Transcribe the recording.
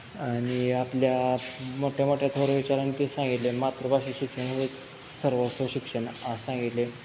आणि आपल्या मोठ्यामोठ्या थोर विचारानकी सांगितले मातृभाषा शिक्षण सर्वोत्व शिक्षण असे सांगितले